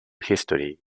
history